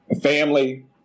family